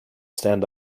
stand